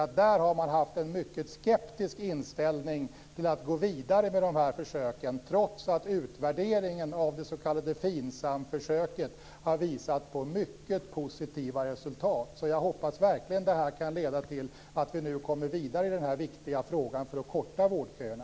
De har nämligen haft en mycket skeptisk inställning till att man skall gå vidare med dessa försök, trots att utvärderingen av det s.k. FINSAM-försöket har visat på mycket positiva resultat. Jag hoppas därför verkligen att detta kan leda till att vi nu kommer vidare i denna viktiga fråga för att korta vårdköerna.